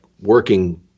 working